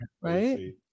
Right